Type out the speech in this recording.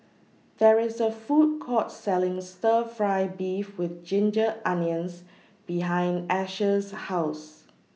There IS A Food Court Selling Stir Fry Beef with Ginger Onions behind Asher's House